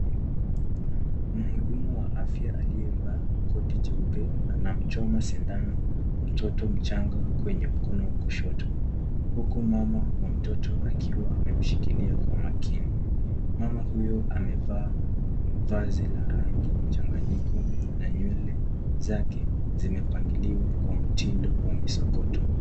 Mhudumu wa afya aliyevaa koti jeupe anamchoma sindano mtoto mchanga kwenye mkono wa kushoto, huku mama wa mtoto akiwa amemshikilia kwa makini. Mama huyo amevaa vazi la rangi mchanganyiko na nywele zake zenye mpangilio kwa mtindo wa misokoto.